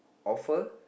offer